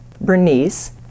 Bernice